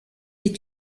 est